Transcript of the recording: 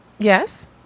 yes